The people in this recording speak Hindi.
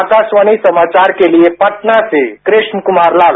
आकाशवाणी समाचार के लिए पटना से कृष्ण कुमार लाल